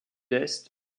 est